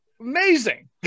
amazing